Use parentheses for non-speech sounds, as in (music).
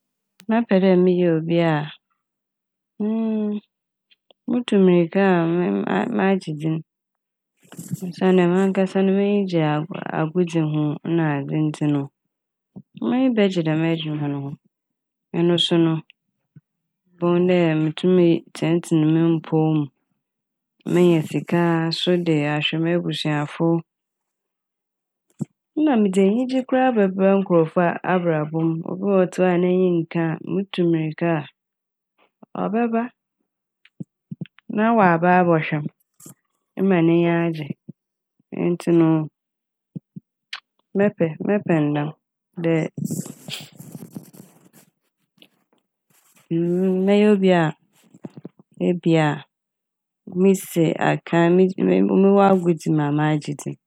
Mɛpɛ dɛ mɛyɛ obi a (hesitation) mutu mirka a aa- magye dzin osiandɛ mankasa no m'enyi gye aa-agodzi ho nadze ntsi no m'enyi bɛgye dɛm edwuma no ho. Ɛno so no bohu dɛ metumi tsentseen mpɔw mu, menya sika so de ahwɛ m'ebusuafo nna medze enyigye koraa babrɛ nkorɔfo a abrabɔ m'. Obi wɔ hɔ a ɔtse hɔ a n'enyi nka a mutu mirka ɔbɛba na ɔaba a bɔhwɛ m' ema n'enyi agye ntsi no (hesitation) mɛpɛ mɛpɛ ne dɛm dɛ mm- mɛyɛ obi a ebi a misi akan megy- mowɔ agodzi mu a magye dzin.